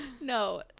no